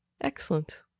Excellent